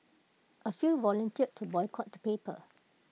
A few volunteered to boycott the paper